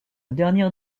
dernière